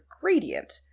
gradient